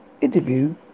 Interview